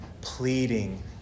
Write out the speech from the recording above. pleading